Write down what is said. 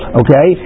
okay